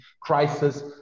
crisis